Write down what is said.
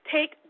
Take